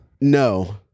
no